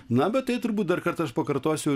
na bet tai turbūt dar kartą aš pakartosiu